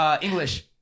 English